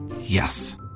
Yes